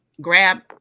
grab